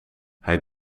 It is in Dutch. hij